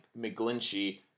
McGlinchey